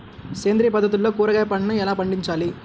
సేంద్రియ పద్ధతుల్లో కూరగాయ పంటలను ఎలా పండించాలి?